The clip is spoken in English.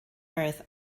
earth